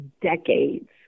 decades